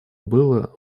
было